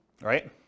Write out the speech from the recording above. right